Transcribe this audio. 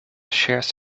shares